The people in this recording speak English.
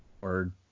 Word